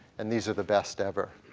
and these are the best ever.